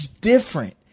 different